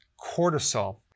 cortisol